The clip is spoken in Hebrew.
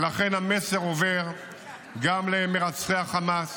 ולכן המסר עובר גם למרצחי החמאס